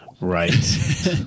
Right